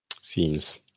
Seems